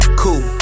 cool